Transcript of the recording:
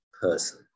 person